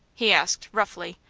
he asked, roughly.